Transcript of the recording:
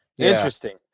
Interesting